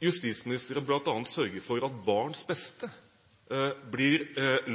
justisministeren bl.a. sørge for at barns beste blir